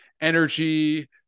energy